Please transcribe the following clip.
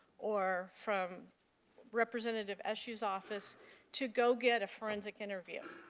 or from representative issues office to go get a forensic interview?